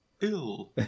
ill